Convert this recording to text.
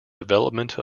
development